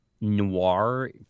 noir